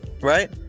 Right